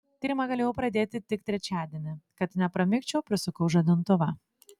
tyrimą galėjau pradėti tik trečiadienį kad nepramigčiau prisukau žadintuvą